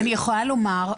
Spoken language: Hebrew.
אני יכולה לומר,